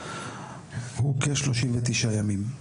הוא כ-39 ימים,